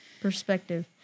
perspective